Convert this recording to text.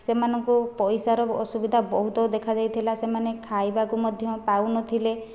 ସେମାନଙ୍କୁ ପଇସାର ଅସୁବିଧା ବହୁତ ଦେଖାଦେଇଥିଲା ସେମାନେ ଖାଇବାକୁ ମଧ୍ୟ ପାଉନଥିଲେ